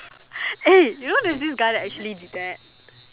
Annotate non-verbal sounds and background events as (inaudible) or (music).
(breath) eh you knows there's this guy that actually did that